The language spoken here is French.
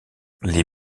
les